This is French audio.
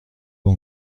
pas